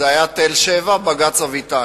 היה תל-שבע, בג"ץ אביטן.